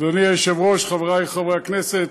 אדוני היושב-ראש, חברי חברי הכנסת,